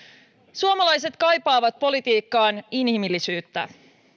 suomalaiset kaipaavat politiikkaan inhimillisyyttä